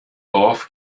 dorf